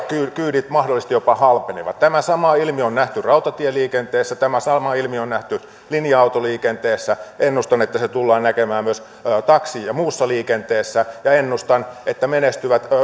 kyydit mahdollisesti jopa halpenevat tämä sama ilmiö on nähty rautatieliikenteessä tämä sama ilmiö on nähty linja autoliikenteessä ennustan että se tullaan näkemään myös taksi ja muussa liikenteessä ja ennustan että